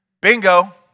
Bingo